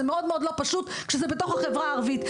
זה דבר מאוד לא פשוט לביצוע בתוך החברה הערבית,